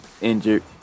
injured